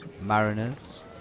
mariners